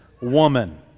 woman